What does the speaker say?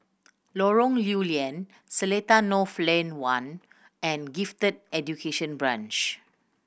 Lorong Lew Lian Seletar North Lane One and Gifted Education Branch